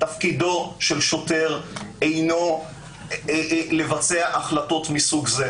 תפקידו של שוטר אינו לבצע החלטות מסוג זה.